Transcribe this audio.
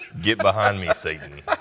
get-behind-me-Satan